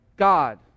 God